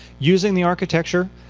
using the architecture,